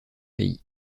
pays